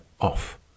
off